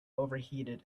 overheated